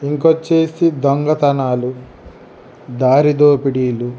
ఇంకొచ్చేసి దొంగతనాలు దారి దోపిడీలు